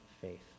faith